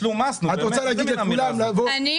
שאתם מסתכלים קודם כול האזרח כגנב,